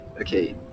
Okay